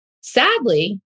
sadly